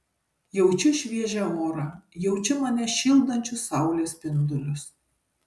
jaučiu šviežią orą jaučiu mane šildančius saulės spindulius